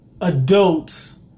adults